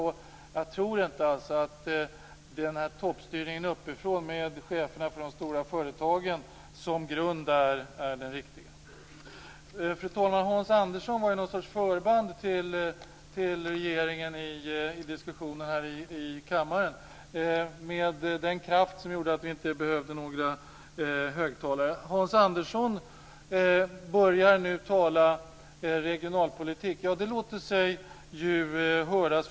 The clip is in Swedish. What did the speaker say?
Jag tror inte att toppstyrning uppifrån, med chefer från de stora företagen som grund, är det riktiga. Fru talman! Hans Andersson var något slags förband till regeringen i diskussionerna här i kammaren med en kraft som gjorde att vi inte behövde några högtalare. Hans Andersson börjar nu tala regionalpolitik. Ja, det låter ju sig höras.